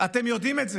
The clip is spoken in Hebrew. אתם יודעים את זה.